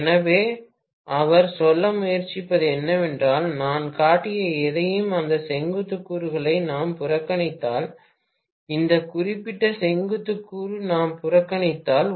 எனவே அவர் சொல்ல முயற்சிப்பது என்னவென்றால் நான் காட்டிய எதையும் அந்த செங்குத்து கூறுகளை நாம் புறக்கணித்தால் இந்த குறிப்பிட்ட செங்குத்து கூறு நாம் புறக்கணித்தால்